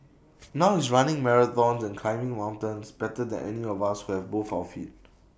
now he's running marathons and climbing mountains better than any of us who have both our feet